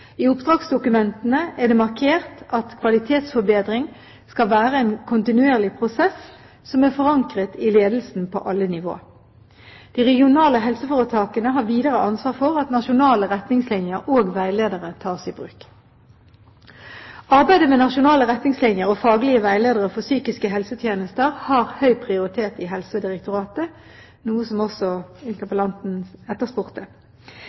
I oppdragsdokumentene er det markert at kvalitetsforbedring skal være en kontinuerlig prosess som er forankret i ledelsen på alle nivåer. De regionale helseforetakene har videre ansvar for at nasjonale retningslinjer og veiledere tas i bruk. Arbeidet med nasjonale retningslinjer og faglige veiledere for psykiske helsetjenester har høy prioritet i Helsedirektoratet, noe som også interpellanten etterspurte.